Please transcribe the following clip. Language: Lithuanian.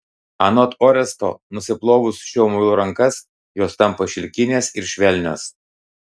anot oresto nusiplovus šiuo muilu rankas jos tampa šilkinės ir švelnios